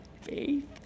faith